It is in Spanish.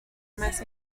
más